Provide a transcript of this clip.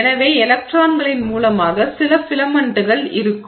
எனவே எலக்ட்ரான்களின் மூலமாக சில ஃபிலமென்ட்கள் இருக்கும்